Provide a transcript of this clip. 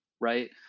right